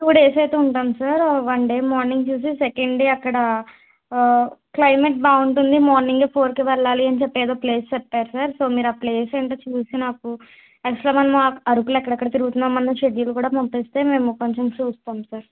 two days అయితే ఉంటాము sir one day morning చూసి సెకండ్ డే అక్కడ క్లైమేట్ బాగుంటుంది మార్నింగ్ ఫోర్కే వెళ్ళాలి అని చెప్పి ఏదో ప్లేస్ చెప్పారు సార్ సో మీరు ఆ ప్లేస్ ఏంటో చూసి నాకు అసలు మనము అరకులో ఎక్కడెక్కడ తిరుగుతున్నామన్న షెడ్యూల్ కూడా మాకు తెస్తే మేము కొంచం చూస్తాము సార్